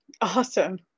Awesome